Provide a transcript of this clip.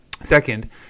Second